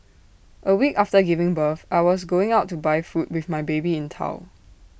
A week after giving birth I was going out to buy food with my baby in tow